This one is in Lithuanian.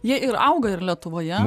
jie ir auga ir lietuvoje